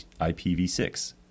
IPv6